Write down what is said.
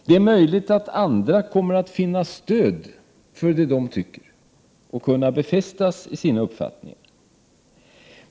Det är möjligt att andra kommer att finna stöd för det de tycker och kunna befästas i sina uppfattningar.